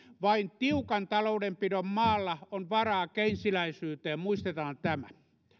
vain tiukan taloudenpidon maalla on varaa keynesiläisyyteen muistetaan tämä